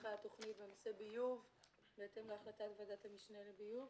מסמכי התוכנית ונושא ביוב בהתאם להחלטת ועדת המשנה לביוב,